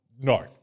no